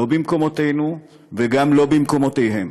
לא במקומותינו וגם לא במקומותיהם.